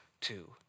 two